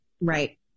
Right